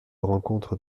rencontre